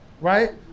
right